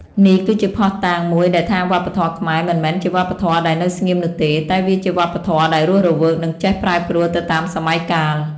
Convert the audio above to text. នេះគឺជាភស្តុតាងមួយដែលថាវប្បធម៌ខ្មែរមិនមែនជាវប្បធម៌ដែលនៅស្ងៀមនោះទេ តែវាជាវប្បធម៌ដែលរស់រវើកនិងចេះប្រែប្រួលទៅតាមសម័យកាល។